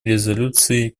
резолюций